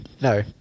No